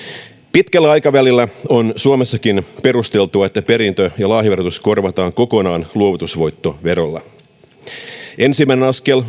pitkällä aikavälillä on suomessakin perusteltua että perintö ja lahjaverotus korvataan kokonaan luovutusvoittoverolla ensimmäinen askel